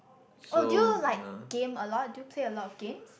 oh do you like game a lot do you play a lot of games